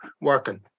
working